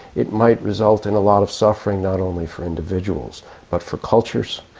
it might result in a lot of suffering, not only for individuals but for cultures,